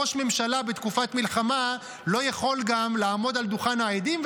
ראש ממשלה בתקופת מלחמה לא יכול גם לעמוד על דוכן העדים,